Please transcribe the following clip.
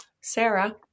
Sarah